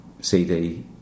CD